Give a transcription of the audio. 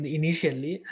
initially